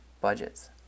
budgets